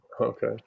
Okay